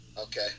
Okay